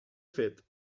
fet